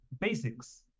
basics